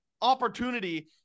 opportunity